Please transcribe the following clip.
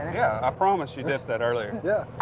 yeah, i promise you did that earlier. yeah,